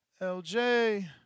LJ